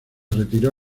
retiró